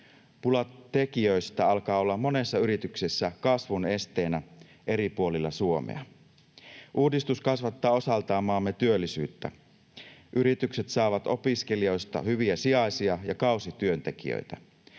Pula tekijöistä alkaa olla monessa yrityksessä kasvun esteenä eri puolilla Suomea. Uudistus kasvattaa osaltaan maamme työllisyyttä. Yritykset saavat opiskelijoista hyviä sijaisia ja kausityöntekijöitä.